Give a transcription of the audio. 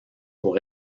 pour